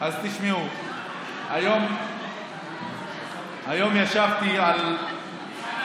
תשמעו, היום ישבתי על, חמד,